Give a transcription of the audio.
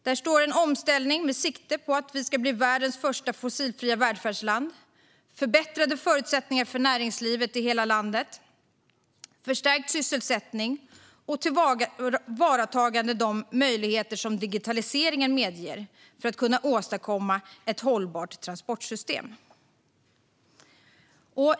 Där står en omställning med sikte på att vi ska bli världens första fossilfria välfärdsland, förbättrade förutsättningar för näringslivet i hela landet, förstärkt sysselsättning och ett tillvaratagande av de möjligheter som digitaliseringen medger för att kunna åstadkomma ett hållbart transportsystem.